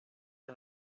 for